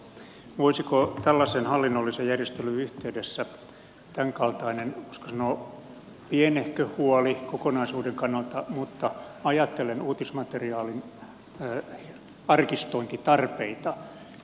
tämä on tällaisen hallinnollisen järjestelyn yhteydessä tämänkaltainen voisiko sanoa pienehkö huoli kokonaisuuden kannalta mutta ajattelen uutismateriaalin arkistointitarpeita